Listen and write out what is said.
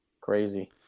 Crazy